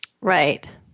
Right